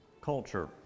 Culture